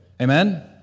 Amen